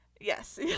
Yes